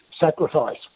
sacrifice